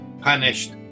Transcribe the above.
punished